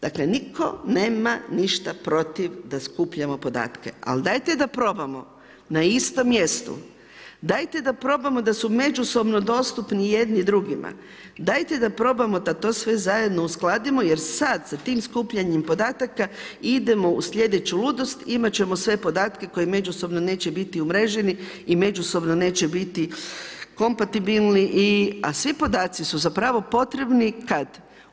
Dakle niko nema ništa protiv da skupljamo podatke, ali dajte da probamo na istom mjestu, dajte da probamo da su međusobno dostupni jedni drugima, dajte da probamo da to sve zajedno uskladimo jer sad sa tim skupljanjem podataka idemo u slijedeću ludost, imat ćemo sve podatke koje međusobno neće biti umreženi i međusobno neće biti kompatibilni a svi podaci su zapravo potrebni, kad?